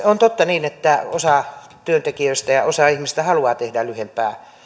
on totta että osa työntekijöistä ja osa ihmisistä haluaa tehdä lyhyempää